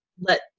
let